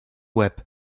łeb